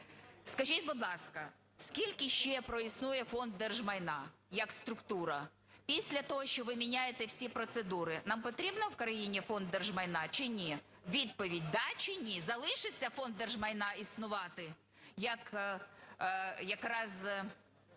Скажіть, будь ласка, скільки ще проіснує Фонд держмайна як структура? Після того, що ви міняєте всі процедури, нам потрібен в країні Фонд держмайна чи ні? Відповідь – да чи ні? Залишиться Фонд держмайна існувати як